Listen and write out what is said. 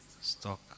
Stock